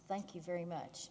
thank you very much